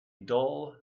dull